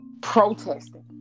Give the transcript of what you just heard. protesting